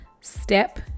step